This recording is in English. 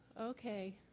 Okay